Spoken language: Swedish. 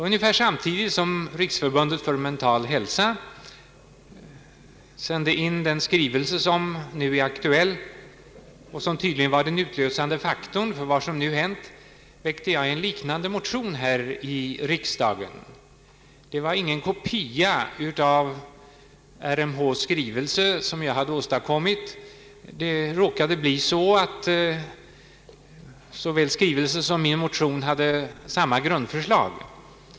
Ungefär samtidigt som Riksorganisationen för mental hälsa sände in den skrivelse som nu är aktuell och som tydligen var den utlösande faktorn till vad som nu hänt väckte jag en liknande motion här i riksdagen. Det var ingen kopia av RMH:s skrivelse som jag åstadkom. Det råkade bli så att såväl skrivelsen som min motion hade samma grundförslag.